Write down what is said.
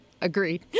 Agreed